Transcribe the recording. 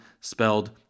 spelled